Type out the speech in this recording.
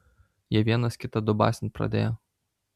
jie vienas kitą dubasint pradėjo